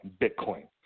Bitcoin